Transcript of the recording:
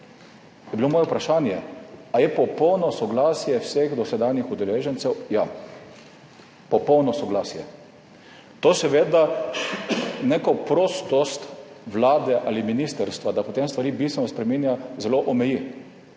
vami, moje vprašanje, ali je popolno soglasje vseh dosedanjih udeležencev. Ja, popolno soglasje. To seveda neko prostost Vlade ali ministrstva, da potem stvari bistveno spreminja, zelo omeji,